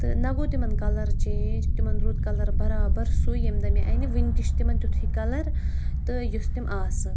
تہٕ نہ گوٚو تِمَن کَلَر چینٛج تِمَن روٗد کَلَر بَرابَر سُے ییٚمہِ دۄہ مےٚ اَنہِ ؤنہِ تہِ چھُ تِمَن تِتھُے کَلَر تہٕ یُس تِم آسہٕ